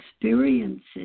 experiences